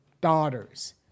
daughters